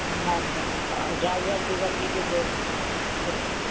हा हा हा ड्राइवर बि वठी ॾिजो